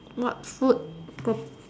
what food prob~